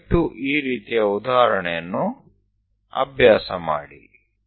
મહેરબાની કરીને આ ઉદાહરણનો અભ્યાસ કરજો